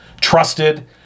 Trusted